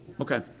Okay